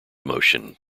motion